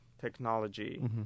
technology